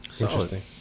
Interesting